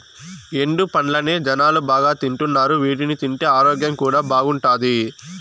ఎండు పండ్లనే జనాలు బాగా తింటున్నారు వీటిని తింటే ఆరోగ్యం కూడా బాగుంటాది